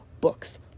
books